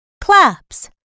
claps